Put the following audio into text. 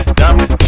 dumb